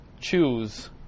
choose